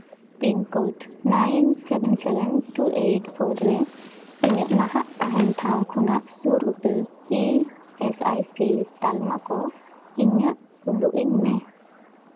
pin code nine seven seven two eight four ᱨᱮ ᱤᱧᱟᱹᱜ ᱱᱟᱦᱟᱜ ᱛᱟᱦᱮᱱ ᱴᱷᱟᱶ ᱠᱷᱚᱱ ᱥᱩᱨ ᱩᱛᱟᱹᱨ ᱤ ᱮᱥ ᱟᱭ ᱥᱤ ᱛᱟᱞᱢᱟ ᱠᱚ ᱤᱧᱟᱹᱜ ᱩᱫᱩᱜ ᱟᱹᱧ ᱢᱮ